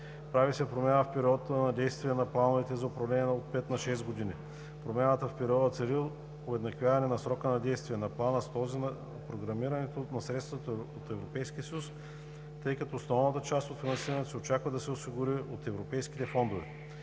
Прави се промяна в периода на действие на плановете за управление от 5 на 6 години – промяната в периода цели уеднаквяване на срока на действие на плана с този на програмирането на средствата от Европейския съюз, тъй като основната част от финансирането се очаква да се осигури от европейските фондове.